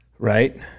Right